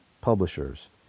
Publishers